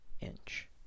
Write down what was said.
inch